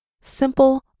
simple